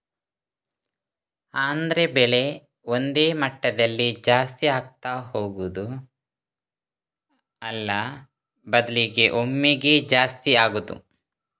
ಅಂದ್ರೆ ಬೆಲೆ ಒಂದೇ ಮಟ್ಟದಲ್ಲಿ ಜಾಸ್ತಿ ಆಗ್ತಾ ಹೋಗುದು ಅಲ್ಲ ಬದ್ಲಿಗೆ ಒಮ್ಮೆಗೇ ಜಾಸ್ತಿ ಆಗುದು